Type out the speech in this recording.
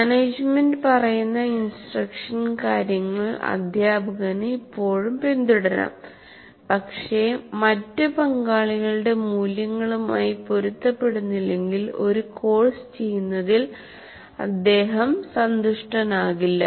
management പറയുന്ന instruction കാര്യങ്ങൾ അധ്യാപകന് ഇപ്പോഴും പിന്തുടരാം പക്ഷേ മറ്റ് പങ്കാളികളുടെ മൂല്യങ്ങളുമായി പൊരുത്തപ്പെടുന്നില്ലെങ്കിൽ ഒരു കോഴ്സ് ചെയ്യുന്നതിൽ അദ്ദേഹം സന്തുഷ്ടനാകില്ല